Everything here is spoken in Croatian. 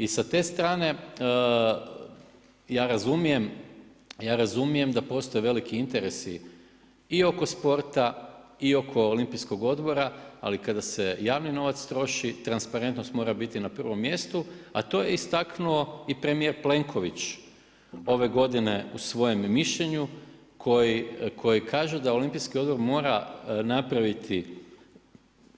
I sa te strane ja razumijem da postoji veliki interesi i oko sporta i oko Olimpijskog odbora, ali, kada se javni novac trošili, transparentnost mora biti na 1. mjestu, a to je istaknuo i premjere Plenković, ove godine u svojem mišljenju, koji kaže da Olimpijski odbor mora napraviti